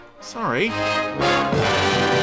Sorry